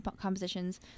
compositions